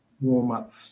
warm-up